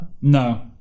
No